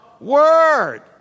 word